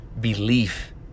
belief